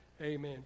amen